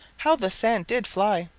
how the sand did fly!